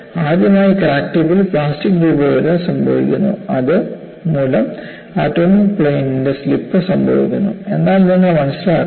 അതിനാൽ ആദ്യമായി ക്രാക്ക് ടിപ്പിൽ പ്ലാസ്റ്റിക് രൂപഭേദം സംഭവിക്കുന്നു അത് മൂലം ആറ്റോമിക് പ്ലെയിനിൻറെ സ്ലിപ്പ് സംഭവിക്കുന്നു എന്നാൽ നിങ്ങൾ മനസ്സിലാക്കണം